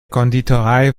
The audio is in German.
konditorei